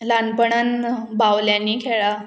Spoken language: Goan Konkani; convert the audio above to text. ल्हानपणान बावल्यांनी खेळ्ळां